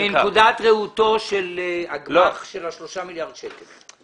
מנקודת ראותו של הגמ"ח של ה-3 מיליארד שקלים.